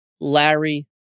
Larry